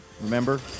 Remember